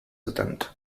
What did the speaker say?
attempt